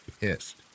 pissed